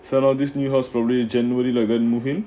set of Disney house probably january like that movie